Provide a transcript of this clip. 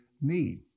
need